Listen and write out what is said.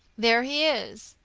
there he is.